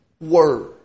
word